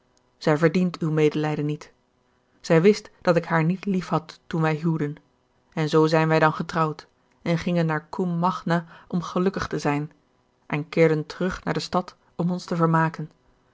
zij verdient uw meelijden niet zij wist dat ik haar niet liefhad toen wij huwden en zoo zijn wij dan getrouwd en gingen naar combe magna om gelukkig te zijn en keerden terug naar de stad om ons te vermaken